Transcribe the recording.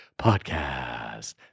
podcast